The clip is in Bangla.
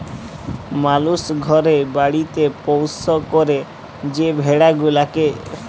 মালুস ঘরে বাড়িতে পৌষ্য ক্যরে যে ভেড়া গুলাকে